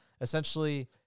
essentially –